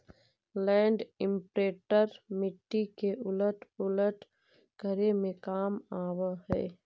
land imprinter मिट्टी के उलट पुलट करे में काम आवऽ हई